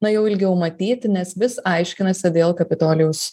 na jau ilgiau matyt nes vis aiškinasi dėl kapitolijaus